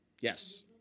yes